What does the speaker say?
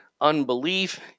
unbelief